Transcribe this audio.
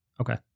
Okay